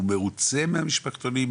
הוא מרוצה מהמשפחתונים,